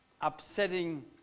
upsetting